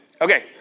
Okay